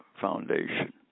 Foundation